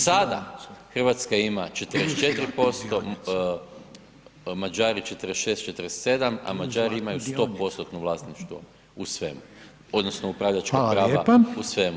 Sada Hrvatska ima 44%, Mađari 46, 47, a Mađari imaju 100%-tno vlasništvo u svemu, odnosno upravljačka prava u svemu.